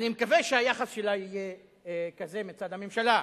אני מקווה שהיחס אליה יהיה כזה מצד הממשלה.